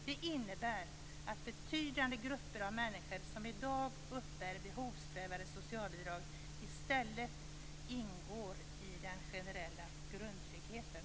Det innebär att betydande grupper av människor som i dag uppbär behovsprövade socialbidrag i stället får del av den generella grundtryggheten.